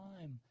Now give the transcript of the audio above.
time